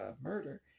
murder